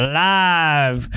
live